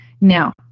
Now